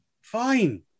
fine